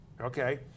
okay